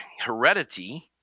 heredity